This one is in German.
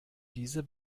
diese